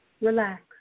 relax